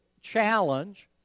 challenge